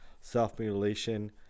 self-mutilation